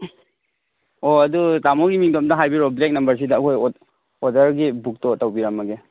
ꯑꯣ ꯑꯗꯨ ꯇꯥꯃꯣꯒꯤ ꯃꯤꯡꯗꯨ ꯑꯃꯨꯛꯇꯪ ꯍꯥꯏꯕꯤꯔꯛꯎ ꯕ꯭ꯂꯦꯛ ꯅꯝꯕꯔꯁꯤꯗ ꯑꯩꯈꯣꯏ ꯑꯣꯗꯔꯒꯤ ꯕꯨꯛꯇꯨ ꯇꯧꯕꯤꯔꯝꯂꯒꯦ